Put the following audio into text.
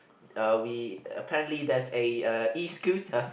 uh we apparently there's a uh E-Scooter